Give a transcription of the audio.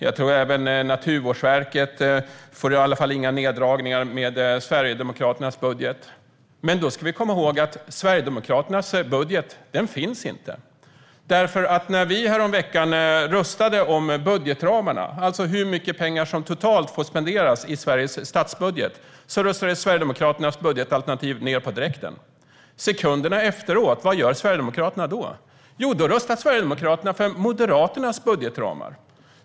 Naturvårdsverket får i alla fall inga neddragningar med Sverigedemokraternas budget. Men då ska vi komma ihåg att Sverigedemokraternas budget inte finns. När vi häromveckan röstade om budgetramarna - alltså hur mycket pengar som totalt får spenderas i Sveriges statsbudget - röstades Sverigedemokraternas alternativ ned på direkten. Vad gör Sverigedemokraterna sekunderna efteråt? Jo, då röstar Sverigedemokraterna för Moderaternas budgetramar.